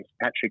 Patrick